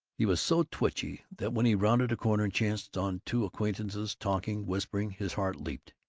he was so twitchy that when he rounded a corner and chanced on two acquaintances talking whispering his heart leaped,